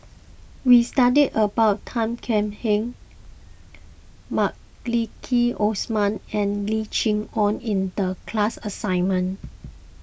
we studied about Tan Thuan Heng Maliki Osman and Lim Chee Onn in the class assignment